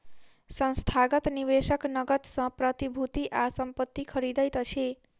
संस्थागत निवेशक नकद सॅ प्रतिभूति आ संपत्ति खरीदैत अछि